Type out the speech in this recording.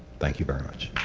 thank you very much.